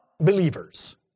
believers